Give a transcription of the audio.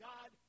God